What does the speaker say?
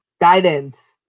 guidance